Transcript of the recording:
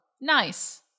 Nice